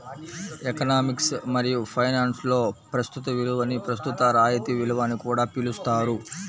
economics మరియు ఫైనాన్స్లో ప్రస్తుత విలువని ప్రస్తుత రాయితీ విలువ అని కూడా పిలుస్తారు